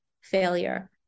failure